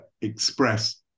express